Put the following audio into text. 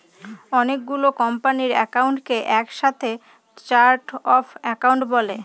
অনেকগুলো কোম্পানির একাউন্টকে এক সাথে চার্ট অফ একাউন্ট বলে